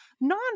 non